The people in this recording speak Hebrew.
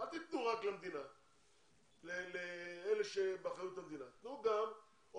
אל תיתנו רק לאלה שבאחריות המדינה או הסוכנות,